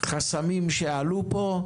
החסמים שעלו פה,